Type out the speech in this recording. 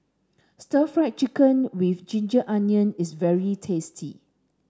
stir fry chicken with ginger onion is very tasty